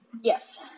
Yes